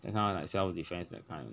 that kind of like self-defense that kind